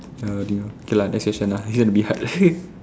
that kind of thing okay lah next question lah it's gonna be hard